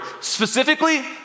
Specifically